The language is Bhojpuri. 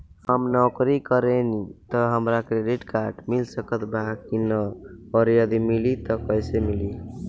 हम नौकरी करेनी त का हमरा क्रेडिट कार्ड मिल सकत बा की न और यदि मिली त कैसे मिली?